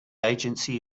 agency